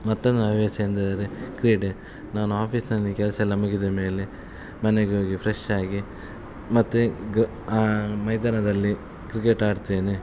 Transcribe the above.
ಮತ್ತೊಂದು ಹವ್ಯಾಸ ಎಂದರೆ ಕ್ರೀಡೆ ನಾನು ಆಫೀಸ್ನಲ್ಲಿ ಕೆಲಸ ಎಲ್ಲ ಮುಗಿದ ಮೇಲೆ ಮನೆಗೆ ಹೋಗಿ ಫ್ರೆಶ್ ಆಗಿ ಮತ್ತೆ ಗ ಮೈದಾನದಲ್ಲಿ ಕ್ರಿಕೆಟ್ ಆಡ್ತೇನೆ